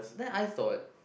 then I thought